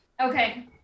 Okay